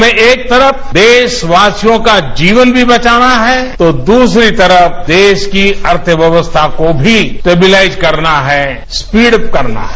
हमें एक तरफ देशवासियों का जीवन भी बचाना है तो दूसरी तरफ देश की अर्थव्यवस्था को भी स्टेबलाइज करना है स्पीडवप करना है